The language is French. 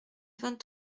vingt